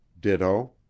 ditto